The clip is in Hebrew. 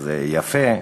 שזה יפה.